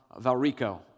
Valrico